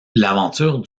l’aventure